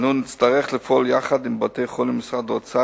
אנו נצטרך לפעול יחד עם בתי-החולים ומשרד האוצר